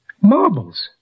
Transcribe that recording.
Marbles